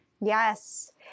Yes